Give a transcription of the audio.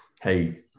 Hey